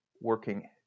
working